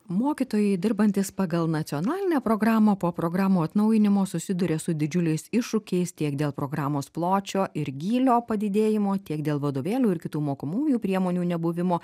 mokytojai dirbantys pagal nacionalinę programą po programų atnaujinimo susiduria su didžiuliais iššūkiais tiek dėl programos pločio ir gylio padidėjimo tiek dėl vadovėlių ir kitų mokomųjų priemonių nebuvimo